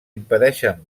impedeixen